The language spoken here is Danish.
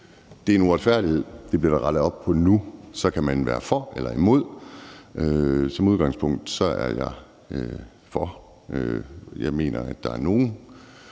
Det var en uretfærdighed, men det bliver der rettet op på nu. Så kan man være for eller imod. Som udgangspunkt er jeg for. Jeg mener, at der er nogle